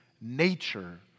nature